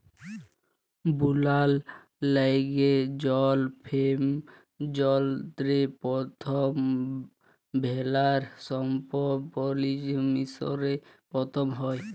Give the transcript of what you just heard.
বুলার ল্যাইগে জল ফেম যলত্রের পথম ব্যাভার সম্ভবত পাচিল মিশরে পথম হ্যয়